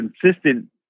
consistent